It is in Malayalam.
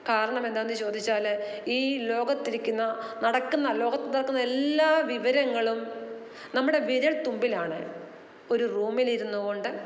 കാരണമെന്താന്ന് ചോദിച്ചാൽ ഈ ലോകത്തിരിക്കുന്ന നടക്കുന്ന ലോകത്ത് നടക്കുന്ന എല്ലാ വിവരങ്ങളും നമ്മുടെ വിരൽത്തുമ്പിലാണ് ഒരു റൂമിലിരുന്നുകൊണ്ട്